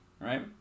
right